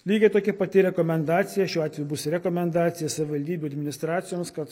lygiai tokia pati rekomendacija šiuo atveju bus rekomendacija savivaldybių administracijoms kad